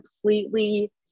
completely